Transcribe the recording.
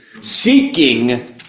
seeking